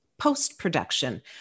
post-production